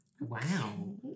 Wow